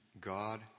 God